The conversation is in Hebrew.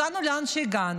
הגענו לאן שהגענו.